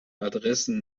adressen